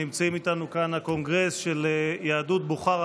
נמצא איתנו כאן הקונגרס של יהדות בוכרה.